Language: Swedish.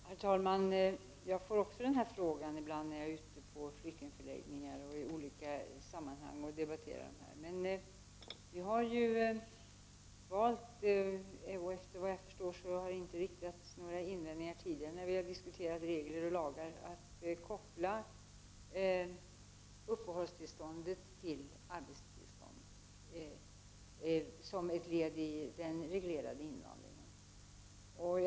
Herr talman! Jag har ibland mött den här frågan när jag i olika sammanhang varit ute på flyktingförläggningar och debatterat förhållandena. Men vi har ju när vi tidigare har diskuterat lagar och regler valt — och såvitt jag vet har det inte riktats några invändningar mot detta — att koppla uppehållstillståndet till arbetstillståndet, såsom ett led i den reglerade invandringen.